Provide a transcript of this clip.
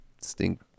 stink